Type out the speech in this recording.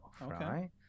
right